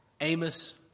Amos